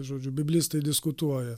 žodžiu biblistai diskutuoja